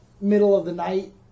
middle-of-the-night